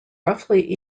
roughly